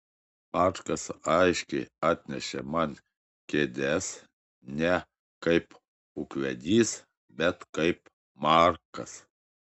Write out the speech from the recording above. markas aiškiai atnešė man kėdes ne kaip ūkvedys bet kaip markas